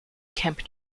kemp